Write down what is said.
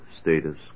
status